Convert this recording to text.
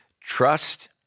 Trust